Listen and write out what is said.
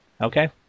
Okay